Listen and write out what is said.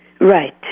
Right